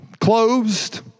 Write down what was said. closed